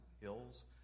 hills